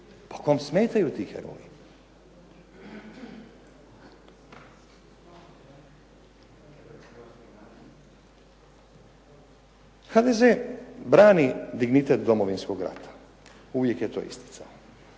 Pa kome smetaju ti heroji? HDZ brani dignitet Domovinskog rata. Uvijek je to isticao.